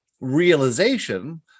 realization